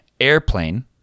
airplane